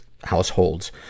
households